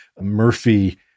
Murphy